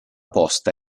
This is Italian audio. posta